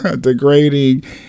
degrading